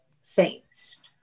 Saints